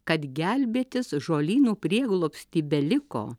kad gelbėtis žolynų prieglobsty beliko